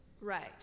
Right